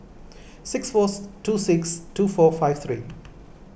six four two six two four five three